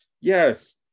Yes